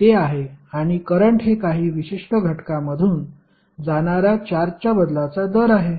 ते आहे आणि करंट हे काही विशिष्ट घटकामधून जाणारा चार्जच्या बदलाचा दर आहे